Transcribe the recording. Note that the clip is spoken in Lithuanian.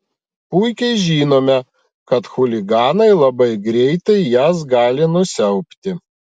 puikiai žinome kad chuliganai labai greitai jas gali nusiaubti